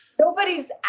Nobody's